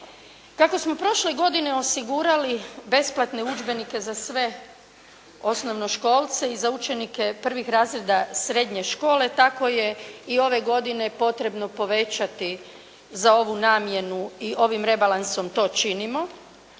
Kako smo prošle godine osigurali besplatne udžbenike za sve osnovnoškolce i za učenike prvih razreda srednje škole, tako je i ove godine potrebno povećati za ovu namjenu i ovim rebalansom to činimo,